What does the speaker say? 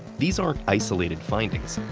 these aren't isolated findings.